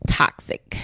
toxic